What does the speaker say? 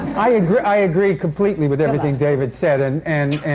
i agree i agree completely with everything david said, and